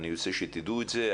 אני רוצה שתדעו את זה.